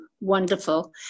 wonderful